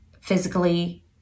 physically